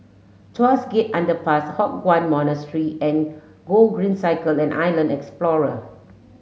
Tuas Gest Underpass Hock Chuan Monastery and Gogreen Cycle and Island Explorer